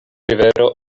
rivero